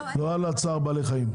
לא של צער בעלי החיים.